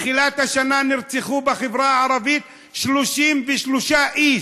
מתחילת השנה נרצחו בחברה הערבית 33 איש,